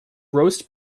roast